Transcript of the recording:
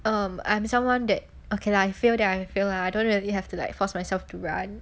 um I'm someone that okay lah I fail then I fail lah I don't really have to like force myself to run